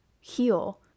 heal